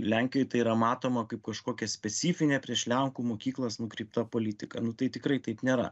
lenkijoj tai yra matoma kaip kažkokia specifinė prieš lenkų mokyklas nukreipta politika nu tai tikrai taip nėra